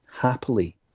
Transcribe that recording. happily